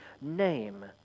name